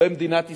במדינת ישראל,